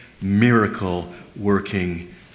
miracle-working